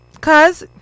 cause